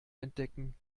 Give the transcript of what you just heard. entdecken